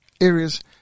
areas